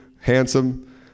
handsome